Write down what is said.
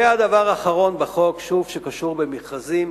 הדבר האחרון בחוק שוב קשור במכרזים.